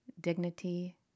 dignity